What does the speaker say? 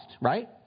right